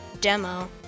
demo